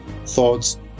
thoughts